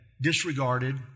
disregarded